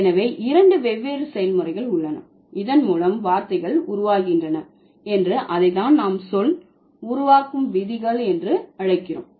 எனவே இரண்டு வெவ்வேறு செயல்முறைகள் உள்ளன இதன் மூலம் வார்த்தைகள் உருவாகின்றன என்று அதைத்தான் நாம் சொல் உருவாக்கும் விதிகள் என்று அழைக்கிறோம்